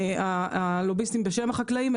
הלוביסטים בשם החקלאים,